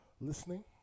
listening